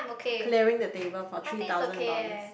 clearing the table for three thousand dollars